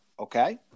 Okay